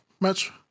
Match